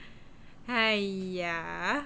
!aiya!